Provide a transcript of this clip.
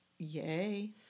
Yay